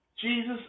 Jesus